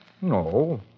No